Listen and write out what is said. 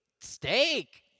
Steak